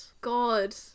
god